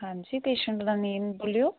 ਹਾਂਜੀ ਪੇਸ਼ੰਟ ਦਾ ਨੇਮ ਬੋਲਿਓ